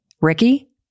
Ricky